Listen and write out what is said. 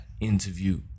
interview